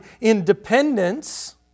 independence